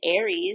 Aries